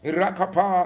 rakapa